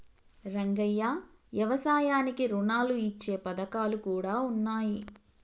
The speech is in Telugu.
రంగయ్య యవసాయానికి రుణాలు ఇచ్చే పథకాలు కూడా ఉన్నాయి